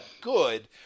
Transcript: Good